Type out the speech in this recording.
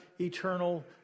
eternal